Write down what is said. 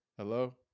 Hello